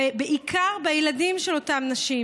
ובעיקר בילדים של אותן נשים,